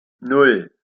nan